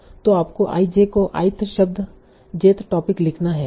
तो आपको ij को ith शब्द jth टोपिक लिखना है